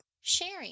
sharing